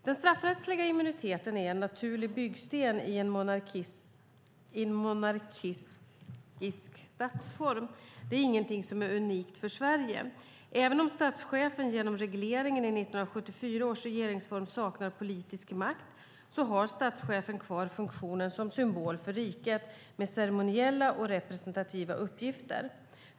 Den straffrättsliga immuniteten är en naturlig byggsten i en monarkisk statsform. Detta är ingenting som är unikt för Sverige. Även om statschefen genom regleringen i 1974 års regeringsform saknar politisk makt har statschefen kvar funktionen som symbol för riket med ceremoniella och representativa uppgifter.